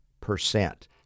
percent